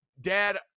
Dad